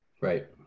Right